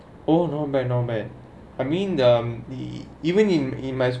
oh no man no man I mean the the even increment